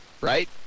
right